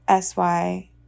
SY